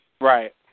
Right